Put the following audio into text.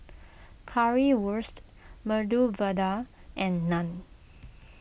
Currywurst Medu Vada and Naan